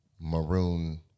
maroon